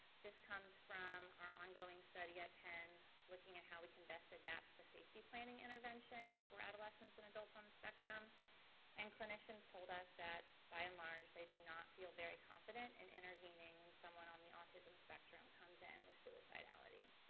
this comes from our ongoing study at pen, looking at how we can best adapt the safety planning intervention for adolescence and adults on the spectrum and clinicians told us that by and large they do not feel very confident in intervening when someone on the autism spectrum comes in with suicidallity.